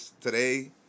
today